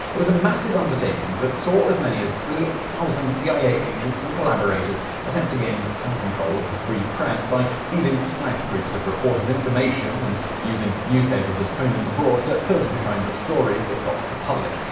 it was a massive undertaking that saw as many as three thousand cia agents and collaborators attempt to gain some control of the free press by feeding select groups of reporters information and using newspapers at home and abroad to filter the kinds of stories that got to the public.